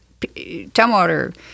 Tumwater